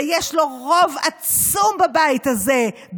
ויש לו רוב עצום בבית הזה,